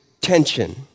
tension